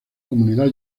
comunidad